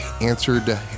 answered